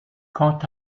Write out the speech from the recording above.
quant